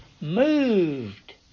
moved